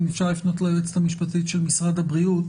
אם אפשר לפנות ליועצת המשפטית של משרד הבריאות,